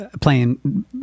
playing